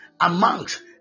Amongst